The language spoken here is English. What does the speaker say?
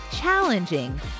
challenging